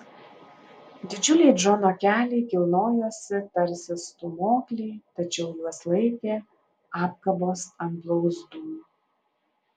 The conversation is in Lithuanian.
didžiuliai džono keliai kilnojosi tarsi stūmokliai tačiau juos laikė apkabos ant blauzdų